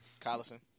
Collison